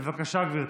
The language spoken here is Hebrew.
בבקשה, גברתי.